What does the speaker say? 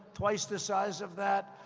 twice the size of that.